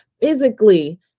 physically